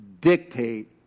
dictate